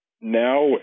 now